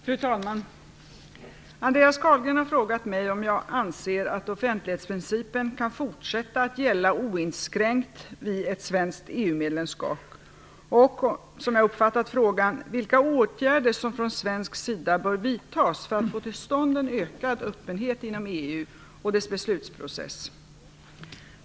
Fru talman! Andreas Carlgren har frågat mig om jag anser att offentlighetsprincipen kan fortsätta att gälla oinskränkt vid ett svenskt EU-medlemskap och, som jag uppfattat frågan, vilka åtgärder som från svensk sida bör vidtas för att få till stånd en ökad öppenhet inom EU och dess beslutsprocess.